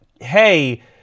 hey